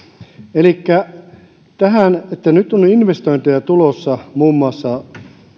elikkä tähän nyt on investointeja tulossa muun muassa